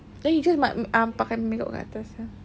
then you just mat~ mm ah pakai makeup kat atas ah